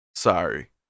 Sorry